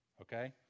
okay